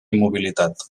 mobilitat